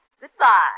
Goodbye